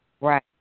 right